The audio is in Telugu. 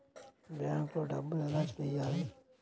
బ్యాంక్లో డబ్బులు ఎలా వెయ్యాలి?